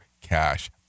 cash